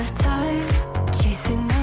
time chasing